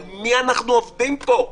על מי אנחנו עובדים פה?